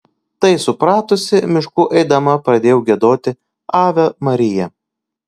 tai supratusi mišku eidama pradėjau giedoti ave maria